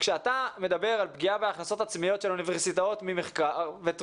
כשאתה מדבר על פגיעה בהכנסות עצמיות של אוניברסיטאות מתרומות,